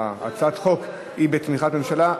הצעת החוק היא בתמיכת הממשלה?